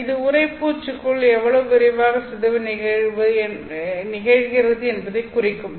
அது உறைப்பூச்சுக்குள் எவ்வளவு விரைவாக சிதைவு நிகழ்கிறது என்பதைக் குறிக்கிறது